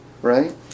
Right